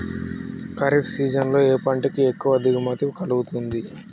Kharif season లో ఏ పంట కి ఎక్కువ దిగుమతి కలుగుతుంది?